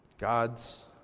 God's